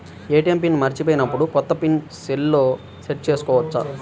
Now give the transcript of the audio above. ATM pin మరచిపోయినప్పుడు, కొత్త pin సెల్లో సెట్ చేసుకోవచ్చా?